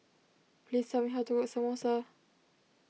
please tell me how to cook Samosa